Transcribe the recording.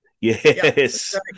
Yes